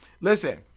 listen